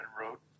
wrote